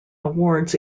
awards